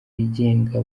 yigenga